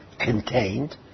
contained